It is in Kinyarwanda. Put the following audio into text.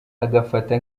agafata